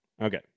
Okay